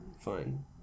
Fine